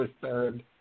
third